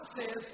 says